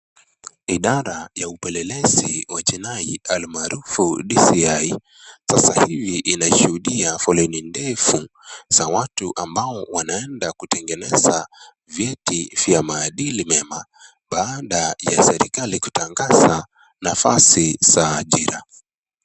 Idara ya upelelezi wa jinai almaarufu DCI sasa hivi nashuhudia foleni ndefu za watu ambao wanaenda kutengeneza vyeti vya maadili mema baada ya serikali kutangaza nafasi za ajira.